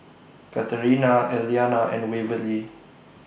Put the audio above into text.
Katerina Elliana and Waverly